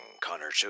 Connor